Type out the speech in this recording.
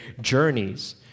journeys